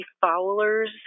Fowler's